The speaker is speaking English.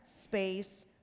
space